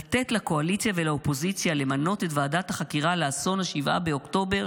לתת לקואליציה ולאופוזיציה למנות את ועדת החקירה לאסון 7 באוקטובר